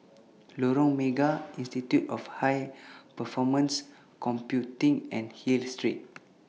Lorong Mega Institute of High Performance Computing and Hill Street